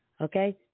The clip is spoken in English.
Okay